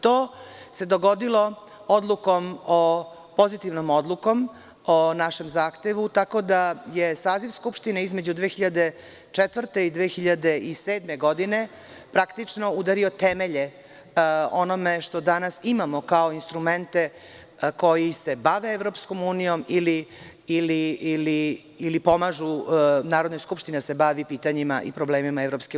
To se dogodilo pozitivnom odlukom o našem zahtevu, tako da je saziv Skupštine između 2004. i 2007. godine praktično udario temelje onome što danas imamo kao instrumente koji se bave EU ili pomažu Narodnoj skupštini da se bavi pitanjima i problemima EU.